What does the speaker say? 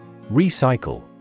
Recycle